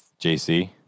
JC